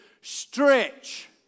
stretch